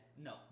No